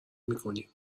میکنیم